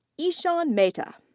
ishan mehta.